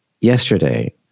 yesterday